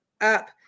up